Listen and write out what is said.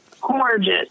gorgeous